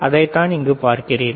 அதை தான் இங்கு பார்க்கிறீர்கள்